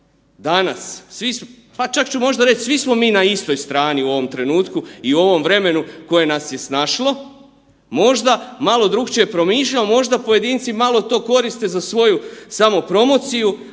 danas, pa čak ću reći svi smo mi na istoj strani u ovom trenutku i u ovom vremenu koje nas je snašlo možda malo drukčije promišljamo, možda pojedinci malo to koriste za svoju samopromociju,